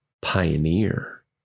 pioneer